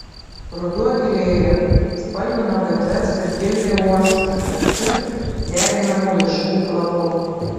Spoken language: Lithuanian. ruduo gilėjo spalvino gatves ir gildė uoslę karčiu deginamų laiškų kvapu